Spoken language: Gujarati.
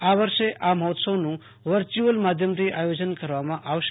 આ વર્ષે આ મહોત્સનું વર્ચ્યુલ માધ્યમથી આયોજન કરવામાં આવશે